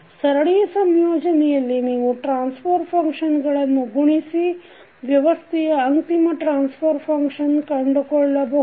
ಸರಣಿ ಸಂಯೋಜನೆಯಲ್ಲಿ ನೀವು ಟ್ರಾನ್ಸ್ಫರ್ ಫಂಕ್ಷನ್ ಗಳನ್ನು ಗುಣಿಸಿ ವ್ಯವಸ್ಥೆಯ ಅಂತಿಮ ಟ್ರಾನ್ಸ್ಫರ್ ಫಂಕ್ಷನ್ ಕಂಡುಕೊಳ್ಳಬಹುದು